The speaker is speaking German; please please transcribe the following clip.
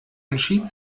entschied